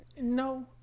No